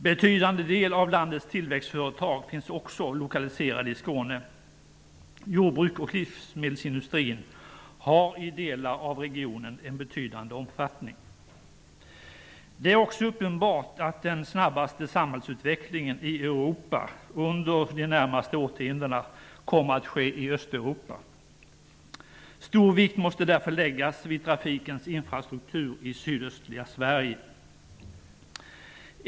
Betydande del av landets tillväxtföretag finns också lokaliserade i Skåne. Jordbruk och livsmedelsindustrin har i delar av regionen en betydande omfattning. Det är också uppenbart att den snabbaste samhällsutvecklingen i Europa under de närmaste årtiondena kommer att ske i Östeuropa. Stor vikt måste därför läggas vid trafikens infrastruktur i sydöstligaste Sverige.